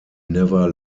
never